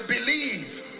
believe